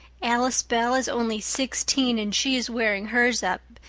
alice bell is only sixteen and she is wearing hers up,